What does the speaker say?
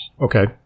Okay